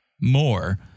more